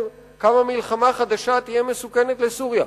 כמה מלחמה חדשה תהיה מסוכנת לסוריה,